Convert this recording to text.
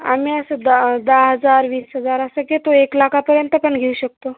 आम्ही असं दा दहा हजार वीस हजार असं घेतो एक लाखापर्यंत पण घेऊ शकतो